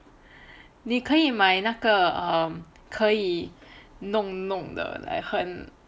你可以买那个 um 可以弄弄的 like 很